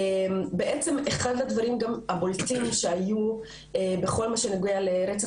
אחד הדברים הבולטים שהיו בכל מה שנוגע לרצח